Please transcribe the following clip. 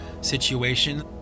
situation